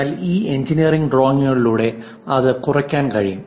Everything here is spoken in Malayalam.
എന്നാൽ ഈ എഞ്ചിനീയറിംഗ് ഡ്രോയിംഗുകളിലൂടെ അത് കുറയ്ക്കാൻ കഴിയും